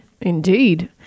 Indeed